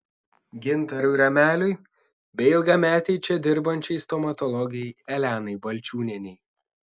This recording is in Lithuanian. gintarui rameliui bei ilgametei čia dirbančiai stomatologei elenai balčiūnienei